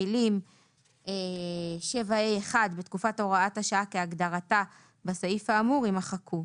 המילים "בתקופת הוראת השעה כהגדרתה בסעיף האמור," יימחקו.